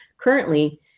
Currently